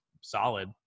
solid